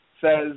says